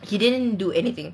he didn't do anything